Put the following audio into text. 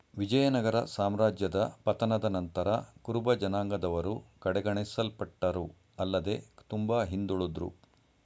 ವಿಜಯನಗರ ಸಾಮ್ರಾಜ್ಯದ ಪತನದ ನಂತರ ಕುರುಬಜನಾಂಗದವರು ಕಡೆಗಣಿಸಲ್ಪಟ್ಟರು ಆಲ್ಲದೆ ತುಂಬಾ ಹಿಂದುಳುದ್ರು